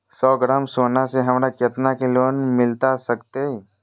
सौ ग्राम सोना से हमरा कितना के लोन मिलता सकतैय?